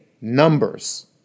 numbers